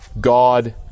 God